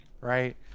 right